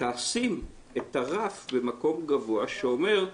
תשים את הרף במקום גבוה שאומר,